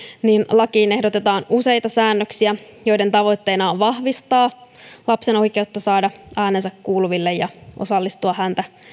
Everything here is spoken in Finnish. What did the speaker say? lakiin ehdotetaan useita säännöksiä joiden tavoitteena on vahvistaa lapsen oikeutta saada äänensä kuuluville ja osallistua häntä